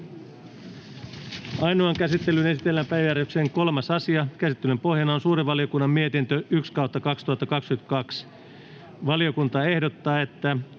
Ainoaan käsittelyyn esitellään päiväjärjestyksen 3. asia. Käsittelyn pohjana on suuren valiokunnan mietintö SuVM 1/2022 vp. Valiokunta ehdottaa, että